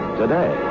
today